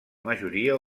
majoria